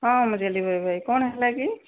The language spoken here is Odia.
ହଁ ମୁଁ ଡେଲିଭରି ବୟ କ'ଣ ହେଲା କି